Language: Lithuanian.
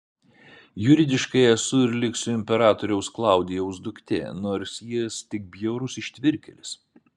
juridiškai esu ir liksiu imperatoriaus klaudijaus duktė nors jis tik bjaurus ištvirkėlis